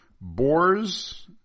Boars